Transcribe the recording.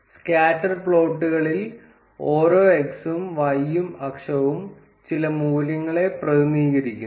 scatter പ്ലോട്ടുകളിൽ ഓരോ x ഉം y അക്ഷവും ചില മൂല്യങ്ങളെ പ്രതിനിധീകരിക്കുന്നു